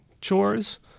chores